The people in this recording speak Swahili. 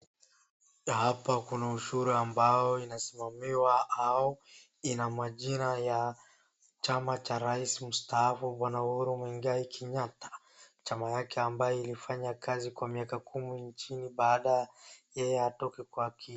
Hapa kuna ushuru ambao inasimamiwa au ina majina ya chama cha rais mstaafu Bwana Uhuru Muigai Kenyatta. Chama yake ambayo ilifanya kazi kwa miaka kumi nchini baada ya yeye atoke kwa ki.